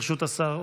ברשות השר,